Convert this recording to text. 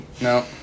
No